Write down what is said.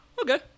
Okay